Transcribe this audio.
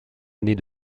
années